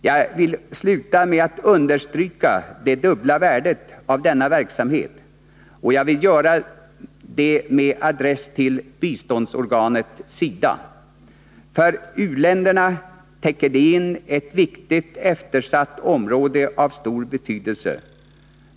Jag vill sluta med att understryka det dubbla värdet av denna verksamhet, och jag vill göra det med adress till biståndsorganet SIDA. För u-länderna täcker det in ett viktigt eftersatt område av stor betydelse.